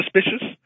suspicious